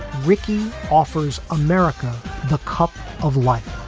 ricky offers america the cup of life